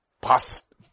past